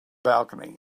balcony